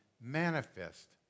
manifest